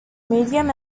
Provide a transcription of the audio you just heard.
medium